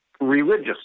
religious